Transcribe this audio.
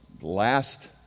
last